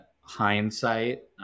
hindsight